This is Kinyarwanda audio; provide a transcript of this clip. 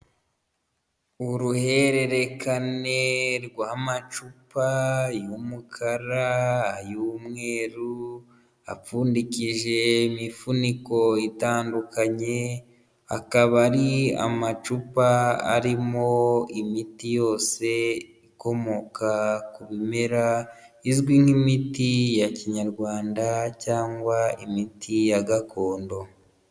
Uruhererekane rw'amacupa y'umukara, ay'umweruru apfundikijwe imifuniko itandukanye akaba ari amacupa arimo imiti yose ikomoka ku bimera izwi nk'imiti ya kinyarwanda cyangwa imiti ya gakondo.